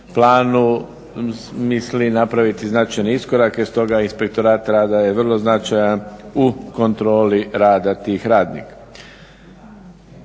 planu misli napraviti značajne iskorake stoga je inspektorat rada vrlo značajan u kontroli rada tih radnika.